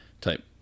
type